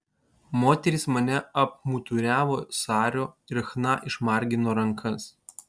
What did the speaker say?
moterys mane apmuturiavo sariu ir chna išmargino rankas